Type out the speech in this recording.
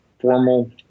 formal